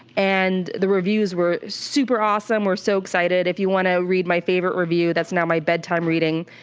and the reviews were super awesome. we're so excited. if you wanna read my favorite review, that's now my bedtime reading.